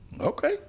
Okay